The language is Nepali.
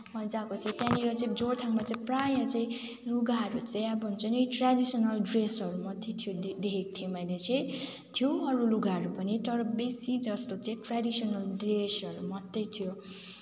मज्जा आएको थियो त्यहाँनिर चाहिँ जोरथाङमा चाहिँ प्रायः चाहिँ लुगाहरू चाहिँ अब हुन्छ नि ट्रेडिसनल ड्रेसहरू मात्रै थियो देखेको थिएँ मैले चाहिँ थियो अरू लुगाहरू पनि तर बेसी जस्तो चाहिँ ट्रेडिसनल ड्रेसहरू मात्रै थियो